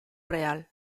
real